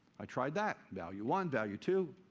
i tried that. value one, value two.